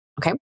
okay